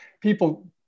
people